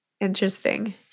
Interesting